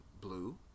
Blue